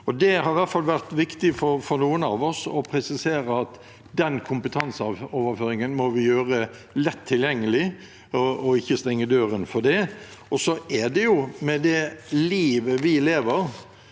Det har vært viktig for noen av oss å presisere at den kompetanseoverføringen må vi gjøre lett tilgjengelig og ikke stenge døren for det. Med det livet vi lever,